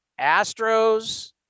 Astros